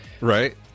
Right